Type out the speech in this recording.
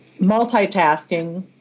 multitasking